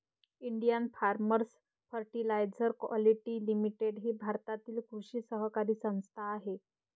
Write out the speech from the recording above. Indian farmers fertiliser quality limited ही भारताची कृषी सहकारी संस्था आहे